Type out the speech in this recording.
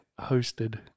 hosted